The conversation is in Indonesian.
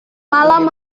malam